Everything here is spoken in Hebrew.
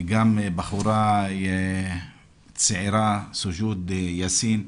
גם בחורה צעירה, סוגו'ד יאסין.